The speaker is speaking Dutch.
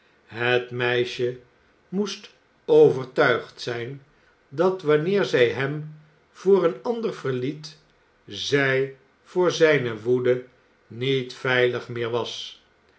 het meisje moest overtuigd zijn dat wanneer zij hem voor een ander verliet zij voor zijne woede niet veilig meer was